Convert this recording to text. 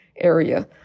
area